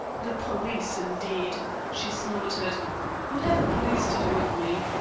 the police, indeed, she snorted what have the police to do with me?